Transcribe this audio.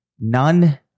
None